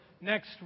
next